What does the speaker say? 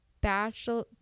Bachelor